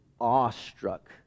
awestruck